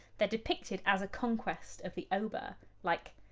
they're depicted as a conquest of the oba like,